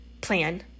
plan